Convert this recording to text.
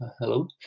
hello